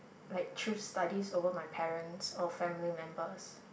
like choose studies over my parents or family members